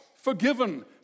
forgiven